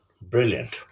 brilliant